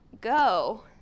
go